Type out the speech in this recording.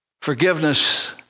Forgiveness